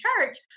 church